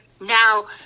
Now